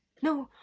no,